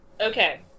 Okay